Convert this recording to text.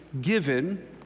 given